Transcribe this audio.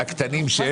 בגלל